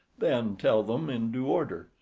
then tell them in due order,